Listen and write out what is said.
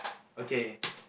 okay